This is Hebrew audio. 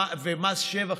ומס שבח,